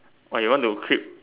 orh you want to quit